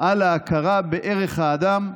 על ההכרה בערך האדם,